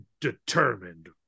determined